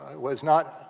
was not